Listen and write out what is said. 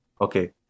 Okay